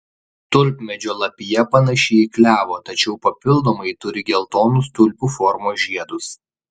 tulpmedžio lapija panaši į klevo tačiau papildomai turi geltonus tulpių formos žiedus